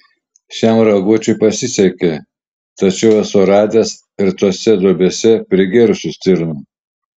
šiam raguočiui pasisekė tačiau esu radęs ir tose duobėse prigėrusių stirnų